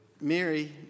Mary